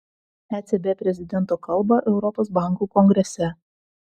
ecb prezidento kalbą europos bankų kongrese